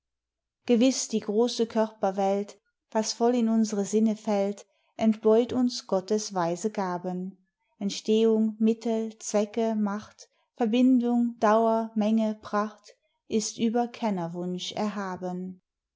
gewiß die große körperwelt was voll in unsre sinne fällt entbeut uns gottes weise gaben entstehung mittel zwecke macht verbindung dauer menge pracht ist über kennerwunsch erhaben